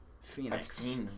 Phoenix